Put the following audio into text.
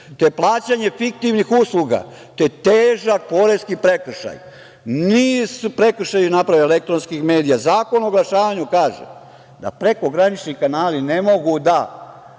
Te plaćanje fiktivnih usluga, te težak poreski prekršaj. Niz prekršaja su napravili elektronskih medija. Zakon o oglašavanju kaže da prekogranični kanali ne mogu da